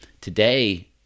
today